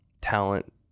talent